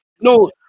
No